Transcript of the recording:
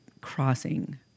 crossing